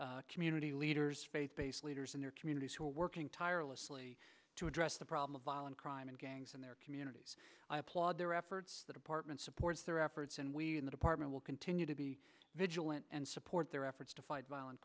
and community leaders faith based leaders in their communities who are working tirelessly to address the problem of violent crime and gangs in their communities i applaud their efforts the department supports their efforts and we in the department will continue to be vigilant and support their efforts to fight violent